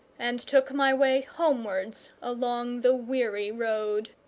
and took my way homewards along the weary road.